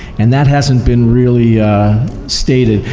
and that hasn't been really stated.